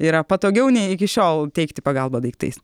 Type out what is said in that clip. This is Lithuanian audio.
yra patogiau nei iki šiol teikti pagalbą daiktais